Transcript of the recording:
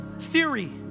Theory